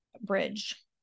bridge